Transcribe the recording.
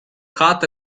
hot